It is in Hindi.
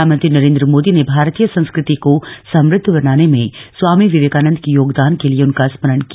प्रधानमंत्री नरेन्द्र मोदी ने भारतीय संस्कृति को समृद्ध बनाने में स्वामी विवेकानंद के योगदान के लिए उनका स्मरण किया